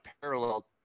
parallel